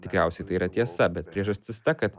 tikriausiai tai yra tiesa bet priežastis ta kad